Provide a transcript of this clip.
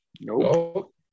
Nope